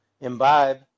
imbibe